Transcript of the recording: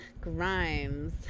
Grimes